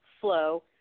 flow